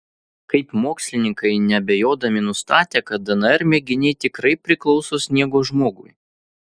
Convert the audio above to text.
kaip mokslininkai neabejodami nustatė kad dnr mėginiai tikrai priklauso sniego žmogui